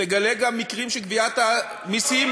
תגלה גם מקרים של גביית מסים,